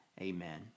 Amen